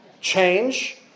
Change